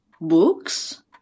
Books